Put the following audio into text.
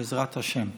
בעזרת השם.